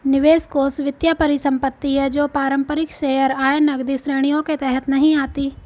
निवेश कोष वित्तीय परिसंपत्ति है जो पारंपरिक शेयर, आय, नकदी श्रेणियों के तहत नहीं आती